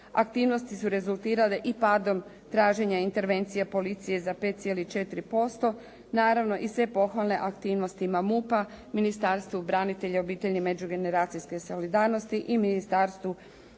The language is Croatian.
Aktivnosti su rezultirale i padom traženja intervencija policije za 5,4%. Naravno i sve pohvale aktivnostima MUp-, Ministarstvu obitelji, branitelja i međugeneracijske solidarnosti i Ministarstvu